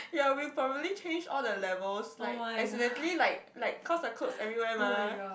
ya we probably changed all the levels like accidentally like like cause our clothes everywhere mah